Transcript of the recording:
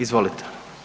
Izvolite.